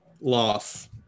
loss